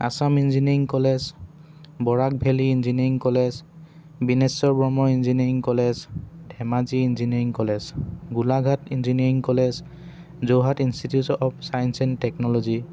Assam engineering college Barak valley engineering college Bineswar Brahma engineering college Dhemaji engineering college Golaghat engineering college Jorhat institutes of science and technology